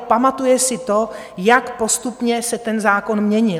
Pamatuje si, jak postupně se ten zákon měnil.